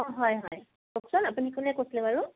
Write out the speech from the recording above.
অঁ হয় হয় কওকচোন আপুনি কোনে কৈছিলে বাৰু